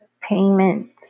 payment